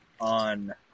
On